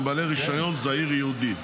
שהם בעלי רישיון זעיר ייעודי.